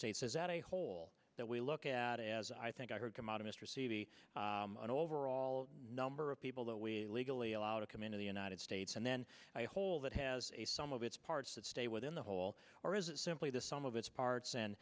states as a whole that we look at it as i think i heard come out of mr cd an overall number of people that we legally allowed to come into the united states and then i hold that has a sum of its parts that stay within the whole or is it simply the sum of its parts and